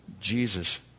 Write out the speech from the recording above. jesus